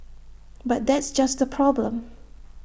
but that's just the problem